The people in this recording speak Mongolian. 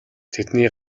тэдний